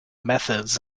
methods